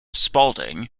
spaulding